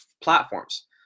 platforms